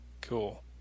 Cool